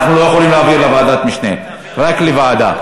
אנחנו לא יכולים להעביר לוועדת משנה, רק לוועדה.